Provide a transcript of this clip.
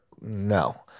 no